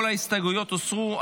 כל ההסתייגויות הוסרו,